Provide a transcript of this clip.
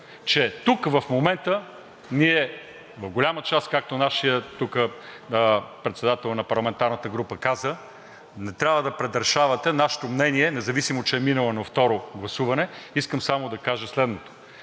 че в момента ние в голяма част… Както нашият председател на парламентарната група каза тук: „Не трябва да предрешавате нашето мнение, независимо че е минал на второ гласуване.“ Искам само да кажа, че ако